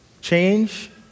Change